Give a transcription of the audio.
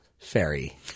Fairy